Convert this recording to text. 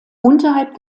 unterhalb